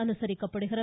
அனுசரிக்கப்படுகிறது